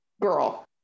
Girl